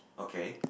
okay